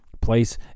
place